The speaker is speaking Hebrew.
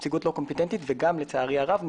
וגם לצערי הרב,